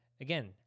again